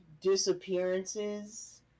disappearances